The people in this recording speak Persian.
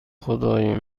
خدای